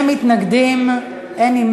בעד, שני מתנגדים, אין נמנעים.